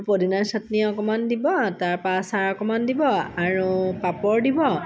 পদুনাৰ চাটনি অকণমান দিব তাৰপৰা আচাৰ অকণমান দিব আৰু পাপড় দিব